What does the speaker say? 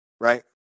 right